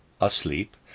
Asleep